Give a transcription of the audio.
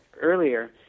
earlier